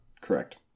Correct